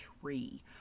tree